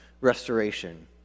restoration